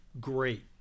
great